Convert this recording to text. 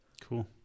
Cool